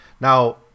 now